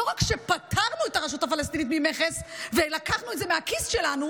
לא רק שפטרנו את הרשות הפלסטינית ממכס ולקחנו את זה מהכיס שלנו,